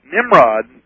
Nimrod